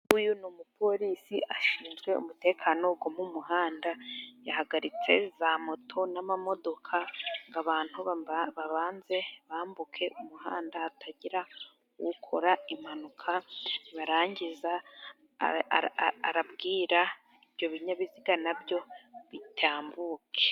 Uyu ni umupolisi. Ashinzwe umutekano wo mu muhanda. Yahagaritse za moto n'imodoka ngo abantu babanze bambuke umuhanda hatagira ukora impanuka, narangiza arabwira ibyo binyabiziga na byo bitambuke.